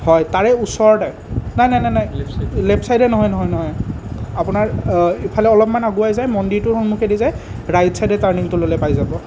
হয় তাৰে ওচৰতে নাই নাই নাই নাই লেফ্ট চাইদে নহয় নহয় নহয় আপোনাৰ অঁ এইফালে অলপমান আগুৱাই যায় মন্দিৰটোৰ সন্মুখেদি যাই ৰাইট চাইদে টাৰ্ণিঙটো ল'লে পাই যাব